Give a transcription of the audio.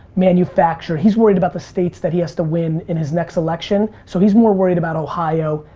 manufacturing. he's worried about the states that he has to win in his next election. so he's more worried about ohio,